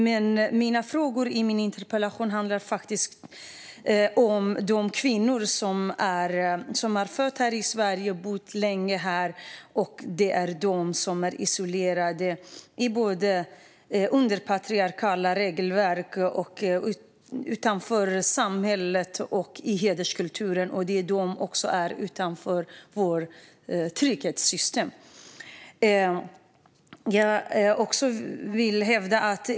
Men mina frågor i min interpellation handlar faktiskt om de kvinnor som är födda här i Sverige, som har bott här länge, är isolerade, lever under patriarkala regelverk utanför samhället och i en hederskultur. De står också utanför vårt trygghetssystem.